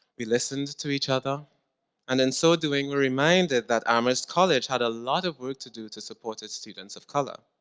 we listened to each other and in so doing were reminded that amherst college had a lot of of work to do to support its students of color.